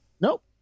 nope